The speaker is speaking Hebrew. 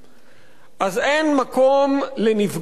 אז אין מקום לנפגע אחד מכוויות,